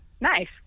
Nice